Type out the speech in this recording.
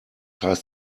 heißt